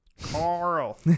Carl